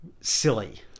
silly